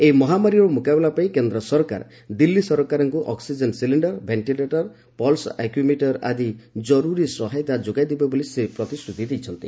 ଏହି ମହାମାରୀର ମୁକାବିଲା ପାଇଁ କେନ୍ଦ୍ର ସରକାର ଦିଲ୍ଲୀ ସରକାରଙ୍କୁ oxygen cylinder ventilator pulse oximeter ଆଦି କରୁରୀ ସହାୟତା ଯୋଗାଇ ଦେବେ ବୋଲି ସେ ପ୍ରତିଶ୍ରତି ଦେଇଛନ୍ତି